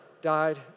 died